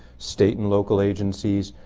state and local agencies,